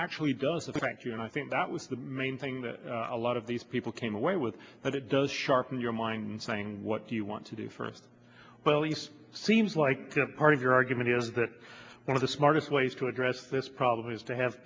actually does affect you and i think that with the main thing that a lot of these people came away with but it does sharpen your mind saying what do you want to do for but at least seems like a part of your argument is that one of the smartest ways to address this problem is to have